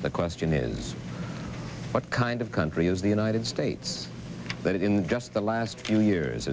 the question is what kind of country is the united states that in just the last few years